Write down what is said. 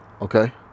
Okay